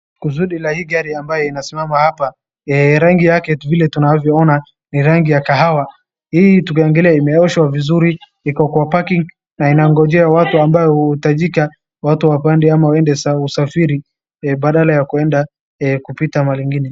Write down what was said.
Kusudi la hii gari ambayo inayosimama hapa rangi yake vile tunavyoona ni rangi ya kahawa. Hii tukiangalia imeoshwa vizuri iko kwa parking na inagonjea watu ambayo huhitajika. Watu wapande ama waende usafiri badala ya kuenda kupita mahali ingine.